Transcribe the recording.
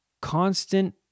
constant